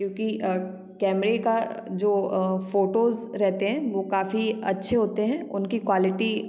क्योंकि कैमरे का जो फोटोज़ रहते हैं वो काफ़ी अच्छे होते हैं उनकी क्वालिटी